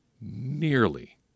Nearly